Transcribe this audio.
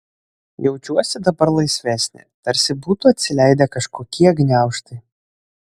jaučiuosi dabar laisvesnė tarsi būtų atsileidę kažkokie gniaužtai